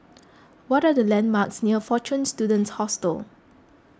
what are the landmarks near fortune Students Hostel